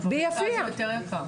במרכז זה יותר יקר.